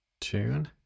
tune